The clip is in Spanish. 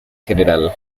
general